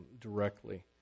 directly